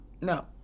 No